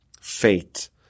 fate